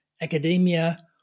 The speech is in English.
academia